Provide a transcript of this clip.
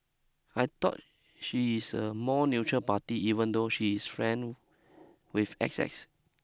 I thought she is a more neutral party even though she is friend with X X